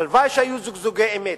הלוואי שהיו זיגזוגי אמת.